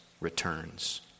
returns